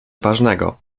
ważnego